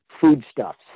foodstuffs